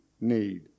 need